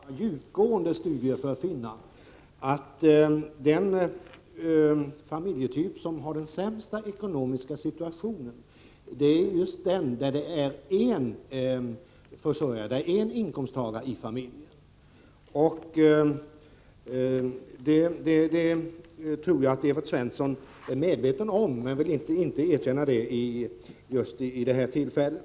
Herr talman! Evert Svensson behöver inte göra några djupgående studier för att finna att den familjetyp som har den sämsta ekonomiska situationen är den där det finns endast en inkomsttagare i familjen. Jag tror att Evert Svensson är medveten om detta, men att han inte vill erkänna det just vid detta tillfälle.